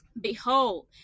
behold